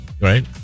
Right